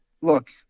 look